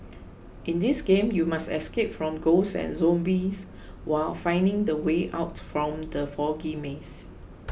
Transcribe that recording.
in this game you must escape from ghosts and zombies while finding the way out from the foggy maze